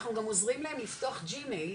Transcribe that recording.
אנחנו גם עוזרים להם לפתוח ג'מייל,